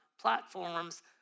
platforms